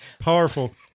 Powerful